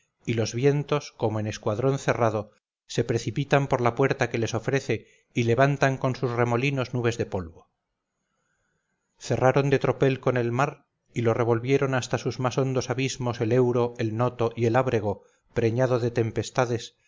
y los vientos como en escuadrón cerrado se precipitan por la puerta que les ofrece y levantan con sus remolinos nubes de polvo cerraron de tropel con el mar y lo revolvieron hasta sus más hondos abismos el euro el noto y el ábrego preñado de tempestades